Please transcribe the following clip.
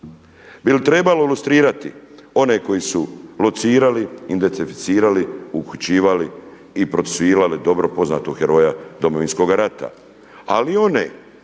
Bi li trebalo lustrirati one koji su locirali, identificirali, uhićivali i procesuirali dobro poznatog heroja Domovinskog rata? Ali i one